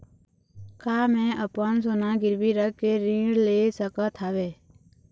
का मैं अपन सोना गिरवी रख के ऋण ले सकत हावे?